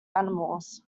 animals